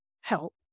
help